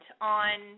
on